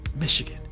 Michigan